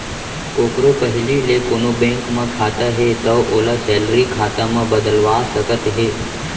कोकरो पहिली ले कोनों बेंक म खाता हे तौ ओला सेलरी खाता म बदलवा सकत हे